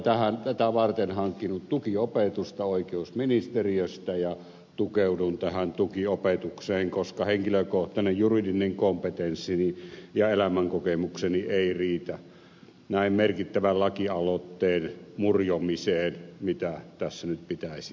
olen tätä varten hankkinut tukiopetusta oikeusministeriöstä ja tukeudun tähän tukiopetukseen koska henkilökohtainen juridinen kompetenssini ja elämänkokemukseni eivät riitä näin merkittävän lakialoitteen murjomiseen mitä tässä nyt pitäisi tehdä